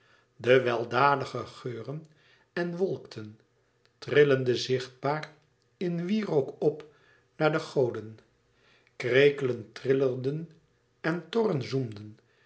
de weldadige geuren en wolkten trillende zichtbaar in wierook op naar de goden krekelen trillerden en torren zoemden